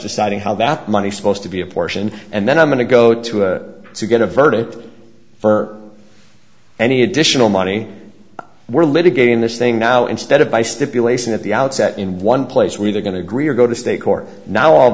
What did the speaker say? deciding how that money supposed to be a portion and then i'm going to go to to get a verdict for any additional money we're litigating this thing now instead of by stipulation at the outset in one place where they're going to agree or go to state court now all of